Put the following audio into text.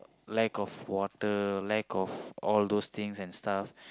lack of water lack of all those things and stuff